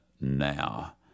now